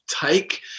take